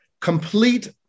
Complete